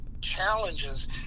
challenges